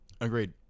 Agreed